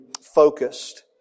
focused